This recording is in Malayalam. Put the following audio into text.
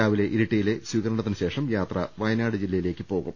രാവിലെ ഇരിട്ടിയിലെ സ്വീകരണത്തിന് ശേഷം യാത്ര വയനാട് ജില്ലയിലേക്ക് പോകും